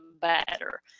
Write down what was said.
better